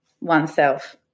oneself